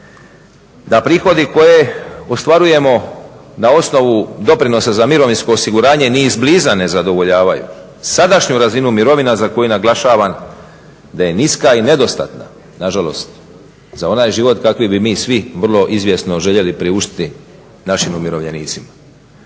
da prihode koje ostvarujemo na osnovu doprinosa za mirovinsko osiguranje ni izbliza ne zadovoljavaju sadašnju razinu mirovina za koju naglašavam da je niska i nedostatna, nažalost, za onaj život kakav bi mi svi vrlo izvjesno željeli priuštiti našim umirovljenicima.